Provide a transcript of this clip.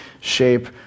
shape